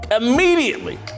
Immediately